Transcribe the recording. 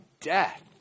death